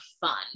fun